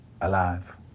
Alive